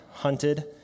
hunted